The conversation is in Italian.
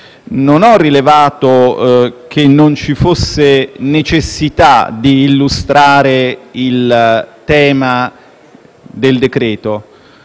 non ho rilevato che non ci fosse necessità di illustrare il tema del decreto-legge